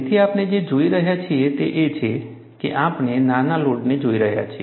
તેથી આપણે જે જોઈ રહ્યા છીએ તે એ છે કે આપણે નાના લોડને જોઈ રહ્યા છીએ